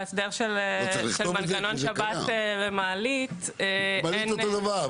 בהסדר של מנגנון שבת למעלית --- במעלית זה אותו דבר.